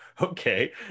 okay